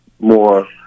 more